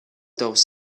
those